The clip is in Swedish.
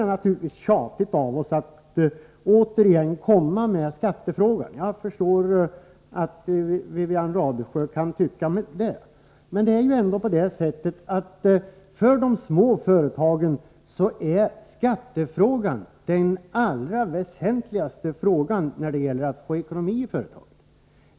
Det är naturligtvis tjatigt av oss att återigen ta upp skattefrågan — jag förstår att Wivi-Anne Radesjö kan tycka det. Men för de små företagen är skattefrågan den allra väsentligaste frågan när det gäller att klara ekonomin.